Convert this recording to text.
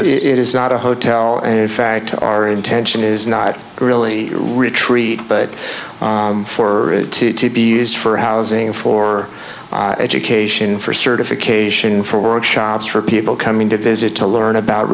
it is not a hotel and in fact our intention is not really retreat but for it to be used for housing for education for certification for workshops for people coming to visit to learn about